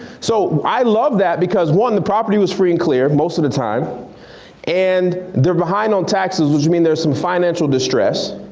so i love that because one, the property was free and clear most of the time and they're behind on taxes, which mean there's some financial distress.